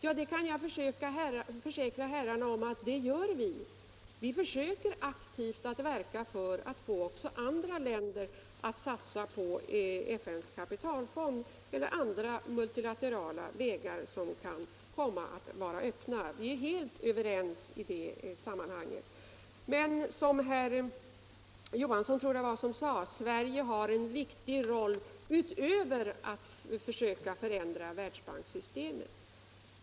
Jag kan försäkra herrarna att vi gör det. Vi försöker att aktivt verka för att få också andra länder att satsa på FN:s kapitalfond eller andra multilaterala vägar som kan komma att vara öppna. Vi är helt överens om detta. Jag tror att det var herr Johansson som sade att Sverige har en viktig roll utöver detta att försöka förändra Världsbankssystemet.